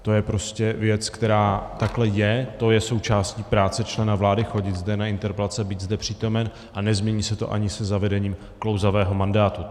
To je prostě věc, která takhle je, to je součástí práce člena vlády, chodit zde na interpelace, být zde přítomen, a nezmění se to ani se zavedením klouzavého mandátu.